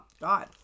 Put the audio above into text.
god